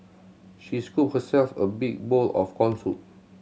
she scooped herself a big bowl of corn soup